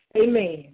Amen